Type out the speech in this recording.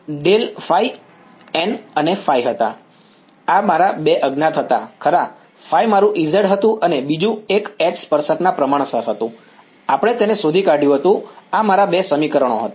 nˆ અને ϕ હતા આ મારા બે અજ્ઞાત હતા ખરા ϕ મારું Ez હતું અને બીજું એક H સ્પર્શકના પ્રમાણસર હતું આપણે તેને શોધી કાઢ્યું હતું આ મારા બે સમીકરણો હતા